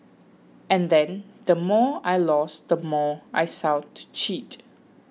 and then the more I lost the more I sought to cheat